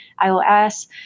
ios